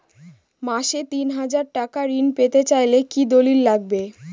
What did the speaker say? মাসে তিন হাজার টাকা ঋণ পেতে চাইলে কি দলিল লাগবে?